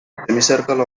semicircle